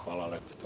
Hvala.